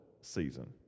season